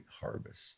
harvest